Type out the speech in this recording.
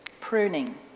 pruning